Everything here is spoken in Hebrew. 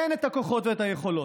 אין את הכוחות ואת היכולות.